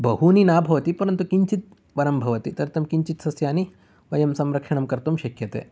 बहूनि न भवति परन्तु किञ्चित् वरं भवति तदर्थं किञ्चित् सस्यानि वयं संरक्षणं कर्तुं शक्यते